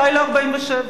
אולי ל-1947,